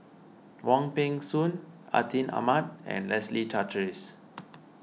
Wong Peng Soon Atin Amat and Leslie Charteris